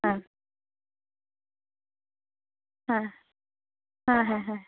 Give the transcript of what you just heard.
হ্যাঁ হ্যাঁ হ্যাঁ হ্যাঁ হ্যাঁ